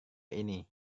ini